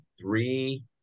three